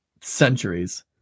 centuries